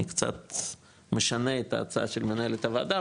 אני קצת משנה את ההצעה של מנהלת הוועדה,